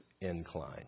incline